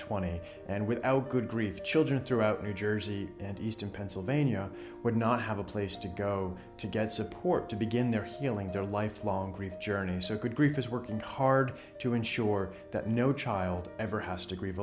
twenty and without good grief children throughout new jersey and eastern pennsylvania would not have a place to go to get support to begin their healing their lifelong grief journey so good grief is working hard to ensure that no child ever has to grieve